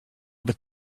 over